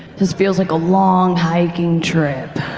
this feels like a long hiking trip.